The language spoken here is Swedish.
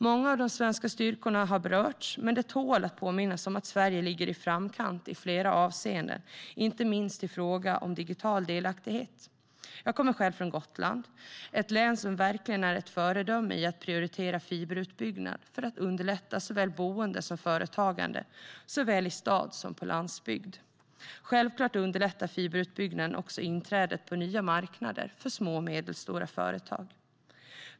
Många av de svenska styrkorna har berörts. Men det tål att påminnas om att Sverige ligger i framkant i flera avseenden, inte minst i fråga om digital delaktighet. Jag kommer själv från Gotland, ett län som verkligen är ett föredöme i att prioritera fiberutbyggnad för att underlätta såväl boende som företagande både i stad och på landsbygd. Självklart underlättar fiberutbyggnaden också inträdet på nya marknader för små och medelstora företag.